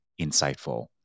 insightful